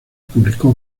publicó